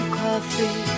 coffee